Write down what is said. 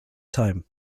time